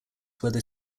whether